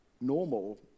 normal